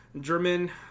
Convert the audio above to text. German